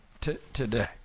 today